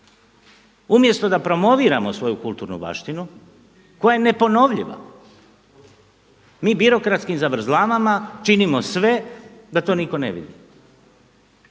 Umjesto da promoviramo svoju kulturnu zaštitu koja je neponovljiva, mi birokratskim zavrzlamama činimo sve da to nitko ne vidi.